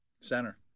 center